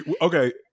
Okay